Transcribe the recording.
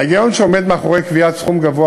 ההיגיון שעומד מאחורי קביעת סכום גבוה